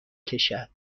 کشد